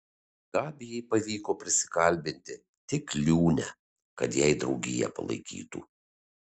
gabijai pavyko prisikalbinti tik liūnę kad jai draugiją palaikytų